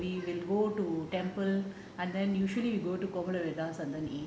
we will go to temple and then usually he will go to kovan with us and then eat